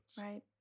Right